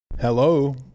Hello